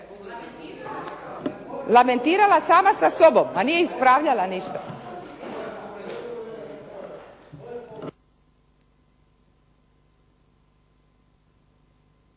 uključena./… sama sa sobom, a nije ispravljala ništa.